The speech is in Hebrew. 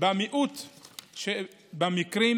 במיעוט שבמקרים,